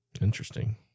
Interesting